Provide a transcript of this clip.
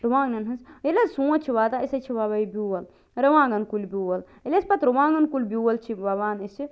رُوانٛگنَن ہنٛز ییٚلہِ حظ سونٛتھ چھُ واتان أسۍ حظ چھِ وۄوان یہِ بیٛول رُوانٛگن کُلۍ بیٛول ییٚلہِ أسۍ پتہٕ رُوانٛگن کُلۍ بیٛول چھِ وۄوان أسہِ